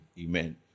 Amen